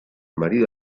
marido